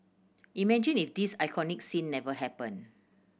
imagine if this iconic scene never happened